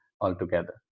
altogether